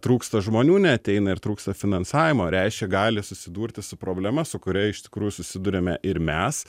trūksta žmonių neateina ir trūksta finansavimo reiškia gali susidurti su problema su kuria iš tikrųjų susiduriame ir mes